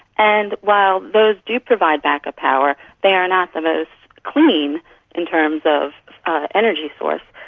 and while those do provide backup power, they are not the most clean in terms of energy source.